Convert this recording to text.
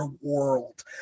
world